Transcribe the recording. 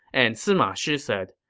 and sima shi said,